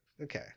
Okay